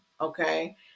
Okay